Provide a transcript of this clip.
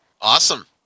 Awesome